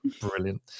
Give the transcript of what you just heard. brilliant